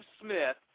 Smith